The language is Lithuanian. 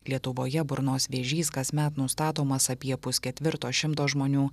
lietuvoje burnos vėžys kasmet nustatomas apie pusketvirto šimto žmonių